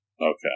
Okay